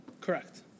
Correct